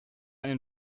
einen